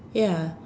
ya